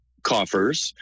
coffers